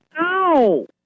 Ow